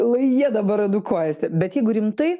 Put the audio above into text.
lai jie dabar edukuojasi bet jeigu rimtai